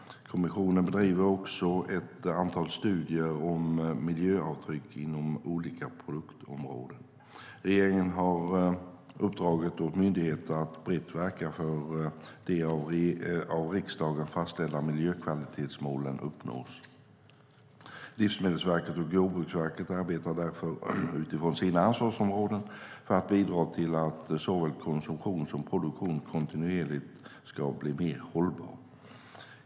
Kommissionen bedriver också ett antal studier om miljöavtryck inom olika produktområden. Regeringen har uppdragit åt myndigheterna att brett verka för att de av riksdagen fastställda miljökvalitetsmålen uppnås. Livsmedelsverket och Jordbruksverket arbetar därför utifrån sina ansvarsområden för att bidra till att såväl konsumtion som produktion kontinuerligt ska bli mer hållbar.